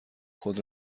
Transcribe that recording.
خود